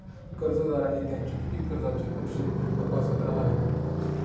कर्जदारांनी त्यांचे थकित कर्जाचे तपशील तपासत राहावे